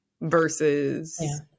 versus